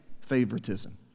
favoritism